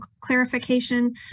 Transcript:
clarification